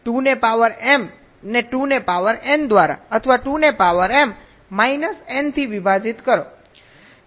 2 ને power m ને 2 ને પાવર n દ્વારા અથવા 2 ને પાવર m માઇનસ n થી વિભાજીત કરો